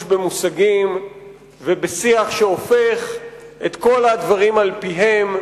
במושגים ובשיח שהופך את כל הדברים על פיהם: